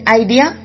idea